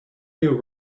new